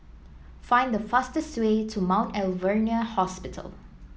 find the fastest way to Mount Alvernia Hospital